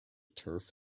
turf